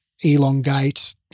elongate